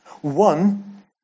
One